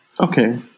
Okay